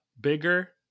Bigger